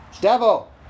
Devil